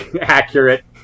accurate